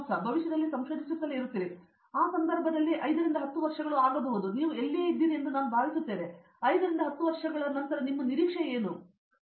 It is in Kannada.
ನೀವು ಭವಿಷ್ಯದಲ್ಲಿ ಸಂಶೋಧಿಸುತ್ತಲೇ ಇರುತ್ತೀರಿ ಮತ್ತು ಆ ಸಂದರ್ಭದಲ್ಲಿ 5 ರಿಂದ 10 ವರ್ಷಗಳವರೆಗೆ ಹೇಳಬಹುದು ನೀವು ಎಲ್ಲಿಯೇ ಇದ್ದೀರಿ ಎಂದು ನೀವು ಭಾವಿಸುತ್ತೀರಿ ಈಗ ನಾನು 5 ರಿಂದ 10 ವರ್ಷಗಳವರೆಗೆ ನಿಮ್ಮ ನಿರೀಕ್ಷೆ ಏನು ಎಂದು ಹೇಳುತ್ತಿದ್ದೇನೆ